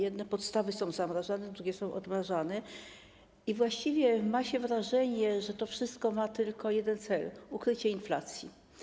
Jedne podstawy są zamrażane, drugie są odmrażane i właściwie ma się wrażenie, że to wszystko ma tylko jeden cel: ukrycie inflacji.